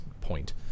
Point